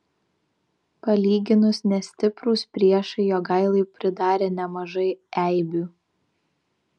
palyginus nestiprūs priešai jogailai pridarė nemažai eibių